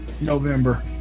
November